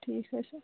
ٹھیٖک حَظ چھُ